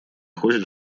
хочет